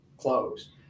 close